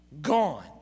gone